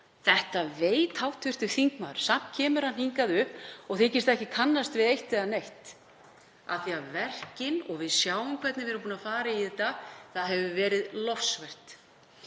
Þetta veit hv. þingmaður. Samt kemur hann hingað upp og þykist ekki kannast við eitt eða neitt. En verkin tala og við sjáum hvernig við höfum farið í þetta, það hefur verið lofsvert.